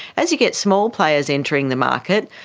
as you get small players entering the market,